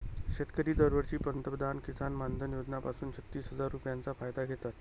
शेतकरी दरवर्षी पंतप्रधान किसन मानधन योजना पासून छत्तीस हजार रुपयांचा फायदा घेतात